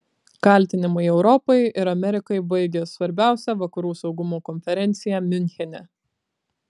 kaltinimai europai ir amerikai baigia svarbiausią vakarų saugumo konferenciją miunchene